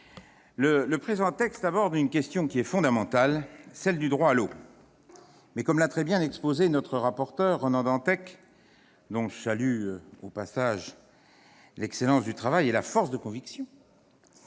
le présent texte aborde une question fondamentale, celle du droit à l'eau. Toutefois, comme l'a très bien dit notre rapporteur, Ronan Dantec, dont je salue au passage l'excellence du travail et la force de conviction,